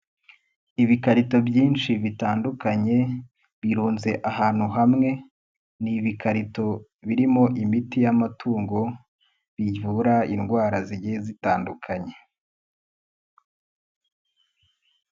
Ibikarito byinshi bitandukanye, birunze ahantu hamwe, ni ibikarito birimo imiti y'amatungo, bivura indwara zigiye zitandukanye.